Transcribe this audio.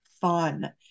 fun